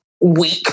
weak